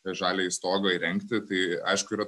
žaliąjį stogą įrengti tai aišku yra